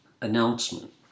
Announcement